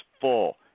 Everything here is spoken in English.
full